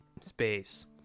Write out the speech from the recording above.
space